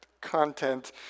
content